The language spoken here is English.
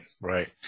Right